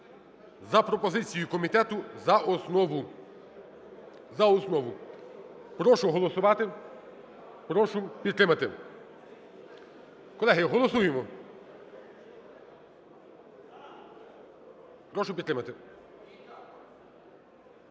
за пропозицією комітету за основу, за основу. Прошу голосувати, прошу підтримати. Колеги, голосуємо. Прошу підтримати.